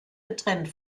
getrennt